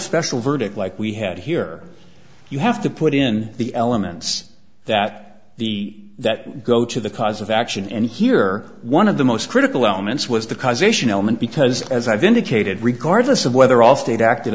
special verdict like we had here you have to put in the elements that the that go to the cause of action and here one of the most critical elements was the causation element because as i've indicated regardless of whether allstate acted